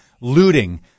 looting